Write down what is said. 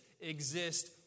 exist